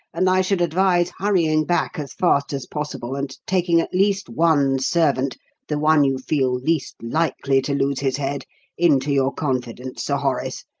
and i should advise hurrying back as fast as possible and taking at least one servant the one you feel least likely to lose his head into your confidence, sir horace,